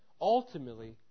ultimately